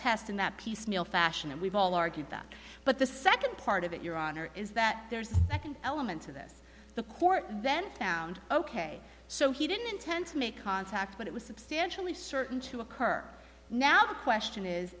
test in that piecemeal fashion and we've all argued that but the second part of it your honor is that there's second element to this the court then found ok so he didn't intend to make contact but it was substantially certain to occur now the question is